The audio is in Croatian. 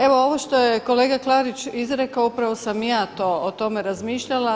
Evo ovo što je kolega Klarić izrekao upravo sam i ja to, o tome razmišljala.